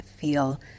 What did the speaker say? feel